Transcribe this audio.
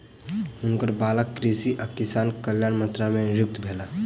हुनकर बालक कृषि आ किसान कल्याण मंत्रालय मे नियुक्त भेला